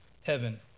heaven